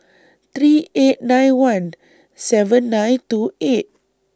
three eight nine one seven nine two eight